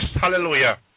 hallelujah